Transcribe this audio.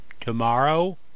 tomorrow